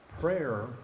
Prayer